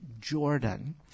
Jordan